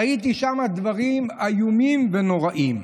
ראיתי שם דברים איומים ונוראיים: